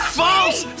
false